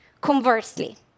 Conversely